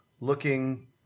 looking